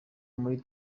muri